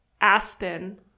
Aspen